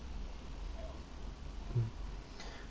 mm